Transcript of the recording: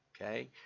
Okay